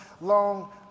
long